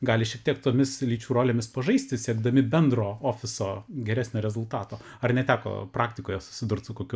gali šiek tiek tomis lyčių rolėmis pažaisti siekdami bendro ofiso geresnio rezultato ar neteko praktikoje susidurt su kokiu